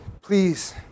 please